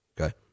Okay